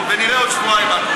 ונראה עוד שבועיים מה קורה.